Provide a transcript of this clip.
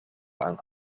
lang